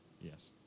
Yes